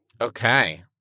okay